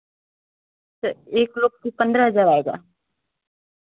तो एक लोग की पन्द्रह हज़ार आएगा